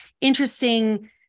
interesting